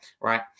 right